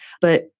But-